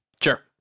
Sure